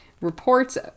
reports